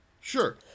Sure